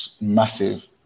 massive